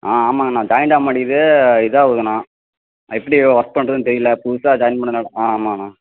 ஆ ஆமாங்கண்ணா ஜாயின்டாக மாட்டேக்குது இதாவதுண்ணா எப்படி ஒர்க் பண்ணுறதுன்னு தெரியல புதுசாக ஜாயின் பண்ணனால் ஆ ஆமாண்ணா